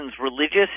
religious